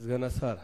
סגן השר,